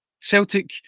Celtic